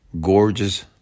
gorgeous